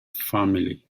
family